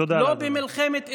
תודה רבה.